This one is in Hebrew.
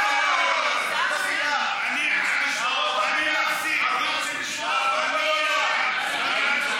מטעמי כבוד לא עולה לדבר.